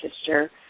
sister